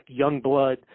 Youngblood